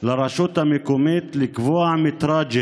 לרשות המקומית לקבוע קילומטרז'